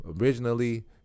originally